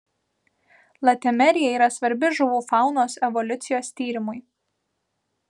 latimerija yra svarbi žuvų faunos evoliucijos tyrimui